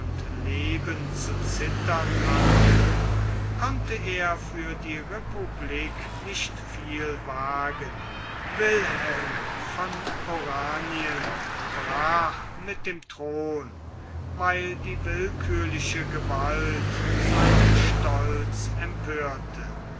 leben zu zittern hatte konnte er für die republik nicht viel wagen wilhelm von oranien brach mit dem thron weil die willkürliche gewalt seinen stolz empörte